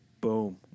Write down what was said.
boom